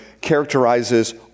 characterizes